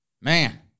Man